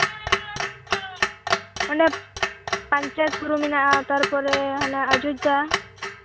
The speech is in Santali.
ᱚᱱᱮ ᱯᱟᱧᱪᱮᱛ ᱵᱩᱨᱩ ᱢᱮᱱᱟᱜᱼᱟ ᱛᱟᱨᱯᱚᱨᱮ ᱦᱟᱱᱟ ᱚᱡᱳᱡᱫᱽᱫᱷᱟ